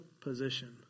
position